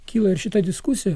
kyla ir šita diskusija